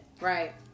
right